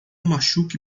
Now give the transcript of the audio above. machuque